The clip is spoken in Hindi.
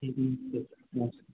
ठीक है नमस्ते नमस्कार